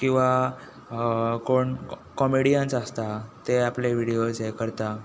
किंवा कोण कॅमिडियन्स आसता ते आपले विडियोज हें करता